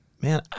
Man